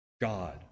god